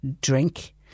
drink